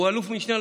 או אלוף משנה,